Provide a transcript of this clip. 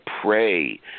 pray